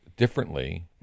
differently